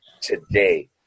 today